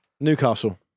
Newcastle